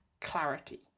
clarity